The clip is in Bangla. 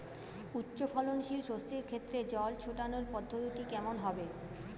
উচ্চফলনশীল শস্যের ক্ষেত্রে জল ছেটানোর পদ্ধতিটি কমন হবে?